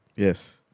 Yes